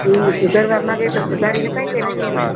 એ સુધારવા માંગે તો સુધારી શકાય કે નહીં હવે